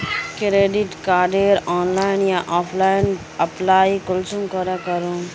Credit कार्डेर online या offline apply कुंसम करे करूम?